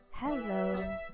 Hello